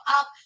up